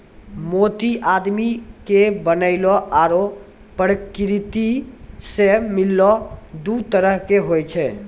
मोती आदमी के बनैलो आरो परकिरति सें मिललो दु तरह के होय छै